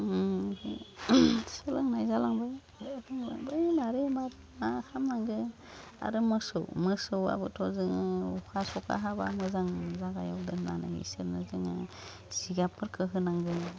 ओम सोलोंनाय जालांबाय रोंलांबाय मारै मा खामनांगो आरो मोसौ मोसौआबोथ' जोङो अखा सखा हाबा मोजां जागायाव दोननानै इसोरनो जोङो जिगाबफोरखो होनांगौ